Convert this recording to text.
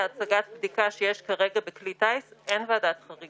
שאחריו תחול